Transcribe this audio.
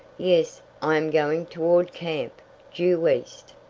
yes, i am going toward camp due east.